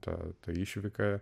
ta ta išvyka